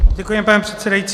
Děkuji, pane předsedající.